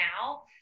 now